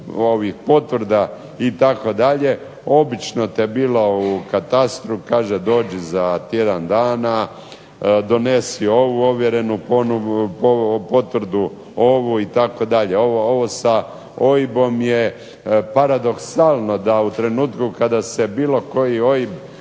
hrpu potvrda itd. obično to bilo u katastru, kaže dođi za tjedan dana, donesi ovu ovjerenu potvrdu, ovu itd. Ovo sa OIB-om je paradoksalno da u trenutku kada se bilo koji OIB